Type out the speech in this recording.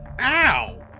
Ow